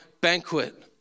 banquet